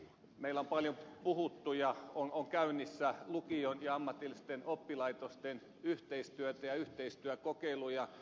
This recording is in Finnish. meillä on käynnissä lukion ja ammatillisten oppilaitosten yhteistyötä ja yhteistyökokeiluja mistä on paljon puhuttu